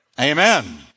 Amen